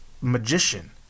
magician